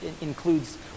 includes